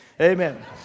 Amen